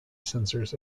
sensors